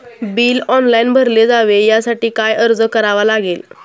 Bill online भरले जावे यासाठी काय अर्ज करावा लागेल?